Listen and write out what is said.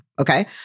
Okay